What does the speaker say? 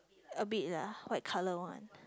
a bit lah white colour one